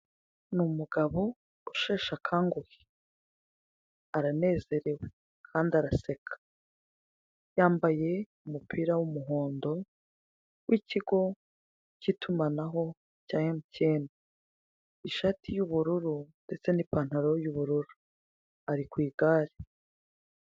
Ni umugabo usheshe akanguhe aranezerewe kandi araseka yambaye umupira w'umuhondo w'ikigo k'itumaho cya emutiyene, ishati y'ubururu ndetse n'ipantaro y'ubururu, ari ku igare.